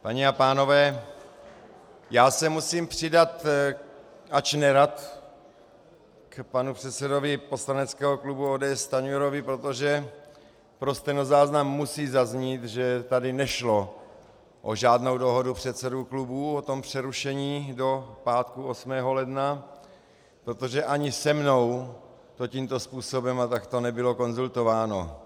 Paní a pánové, já se musím přidat, ač nerad, k panu předsedovi poslaneckého klubu ODS Stanjurovi, protože pro stenozáznam musí zaznít, že tady nešlo o žádnou dohodu předsedů klubů o tom přerušení do pátku 8. ledna, protože ani se mnou to tímto způsobem a takto nebylo konzultováno.